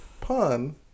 Pun